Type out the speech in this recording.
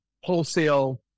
wholesale